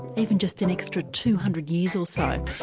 even just an extra two hundred years or so?